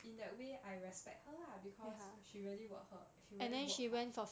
in that way I respect her lah because she really work her work hard